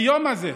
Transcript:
ביום הזה,